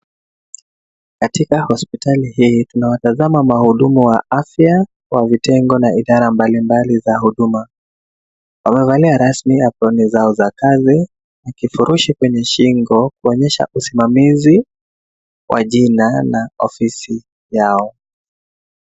Katika hospitali hii tunawatazama wahudumu wa afya wa vitengo na idara mbalimbali za huduma. Wamevaa rasmi aproni zao za kazi na kifurushi kwenye shingo kuonyesha usimamizi wa jina na ofisi yao.